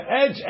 edge